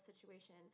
situation